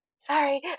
Sorry